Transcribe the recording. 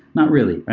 not really, right.